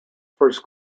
first